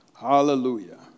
Hallelujah